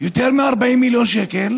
יותר מ-40 מיליון שקל